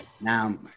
now